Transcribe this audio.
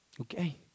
Okay